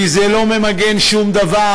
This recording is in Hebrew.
כי זה לא ממגן שום דבר,